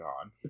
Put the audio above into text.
on